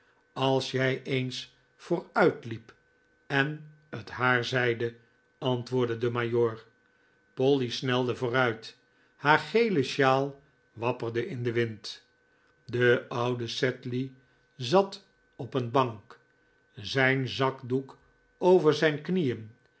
als jij eens vooruitliep en het haar zeide antwoordde de majoor polly snelde vooruit haar gele sjaal wapperde in den wind de oude sedley zat op een bank zijn zakdoek over zijn knieen